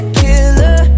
killer